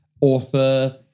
author